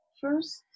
first